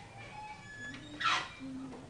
הרי זה לא אכיף ולא ניתן